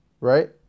Right